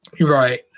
Right